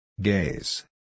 Gaze